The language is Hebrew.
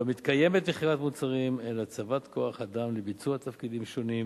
לא מתקיימת מכירת מוצרים אלא הצבת כוח-אדם לביצוע תפקידים שונים